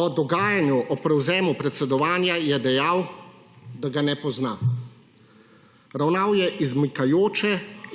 O dogajanju ob prevzemu predsedovanja je dejal, da ga ne pozna. Ravnal je izmikajoče